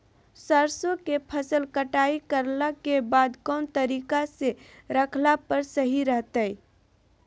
सरसों के फसल कटाई करला के बाद कौन तरीका से रखला पर सही रहतय?